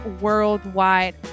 worldwide